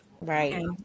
right